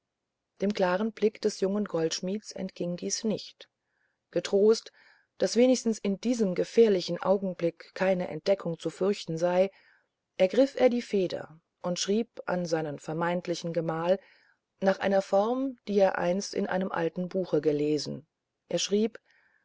dem klaren blick des jungen goldschmidts entging dies nicht getrost daß wenigstens in diesem gefährlichen augenblick keine entdeckung zu fürchten sei ergriff er die feder und schrieb an seinen vermeintlichen gemahl nach einer form wie er sie einst in einem alten buche gelesen er schrieb